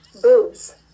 boobs